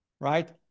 right